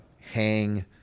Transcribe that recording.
hang